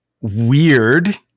Weird